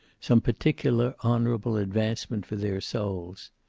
some particular honorable advancement for their souls.